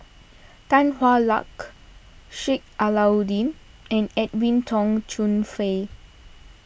Tan Hwa Luck Sheik Alau'ddin and Edwin Tong Chun Fai